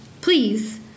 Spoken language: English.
Please